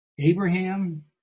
Abraham